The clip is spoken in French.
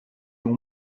ont